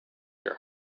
your